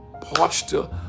posture